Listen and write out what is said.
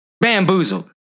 bamboozled